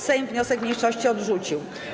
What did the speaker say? Sejm wniosek mniejszości odrzucił.